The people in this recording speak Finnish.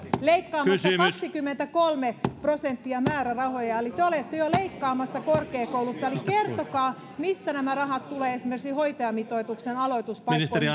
leikkaamassa kaksikymmentäkolme prosenttia määrärahoja eli te olette jo leikkaamassa korkeakouluista eli kertokaa mistä nämä rahat tulevat esimerkiksi hoitajamitoituksen aloituspaikkoihin